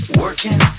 working